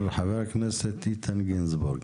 חבר הכנסת איתן גינזבורג.